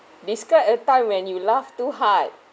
describe a time when you laugh too hard